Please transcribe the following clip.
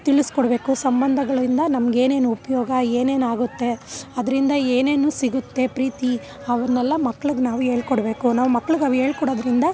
ತಿಳಿಸ್ಕೊಡ್ಬೇಕು ಸಂಬಂಧಗಳಿಂದ ನಮ್ಗೇನೇನು ಉಪಯೋಗ ಏನೇನಾಗುತ್ತೆ ಅದರಿಂದ ಏನೇನು ಸಿಗುತ್ತೆ ಪ್ರೀತಿ ಅವನ್ನೆಲ್ಲ ಮಕ್ಳಿಗೆ ನಾವು ಹೇಳ್ಕೊಡ್ಬೇಕು ನಾವು ಮಕ್ಳಿಗೆ ಅವು ಹೇಳ್ಕೊಡೋದ್ರಿಂದ